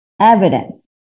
evidence